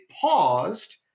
paused